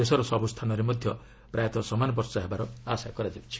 ଦେଶର ସବୁ ସ୍ଥାନରେ ମଧ୍ୟ ପ୍ରାୟତଃ ସମାନ ବର୍ଷା ହେବାର ଆଶା କରାଯାଉଛି